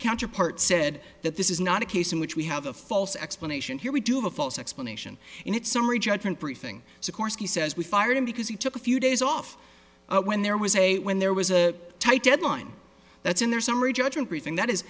counterpart said that this is not a case in which we have a false explanation here we do have a false explanation and it's summary judgment briefing sikorsky says we fired him because he took a few days off when there was a when there was a tight deadline that's in their summary judgment briefing that is